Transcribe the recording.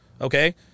okay